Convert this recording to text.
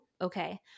okay